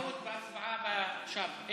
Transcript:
יש טעות בהצבעה שם,